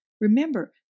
Remember